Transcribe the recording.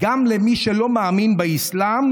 גם למי שלא מאמין באסלאם,